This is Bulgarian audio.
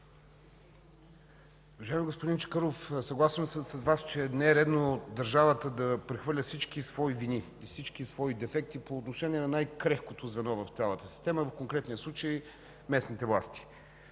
господин Чакъров, съгласен съм с Вас, че не е редно държавата да прехвърля всички свои вини и дефекти по отношение на най-крехкото звено в цялата система, в конкретния случай местните власти.